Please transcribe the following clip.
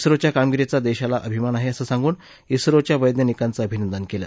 झोच्या कामगिरीचा देशाला अभिमान आहे असं सांगून झोच्या वैज्ञानिकांचं अभिनंदन केलं